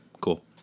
Cool